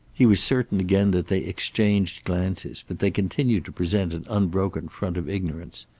he was certain again that they exchanged glances, but they continued to present an unbroken front of ignorance.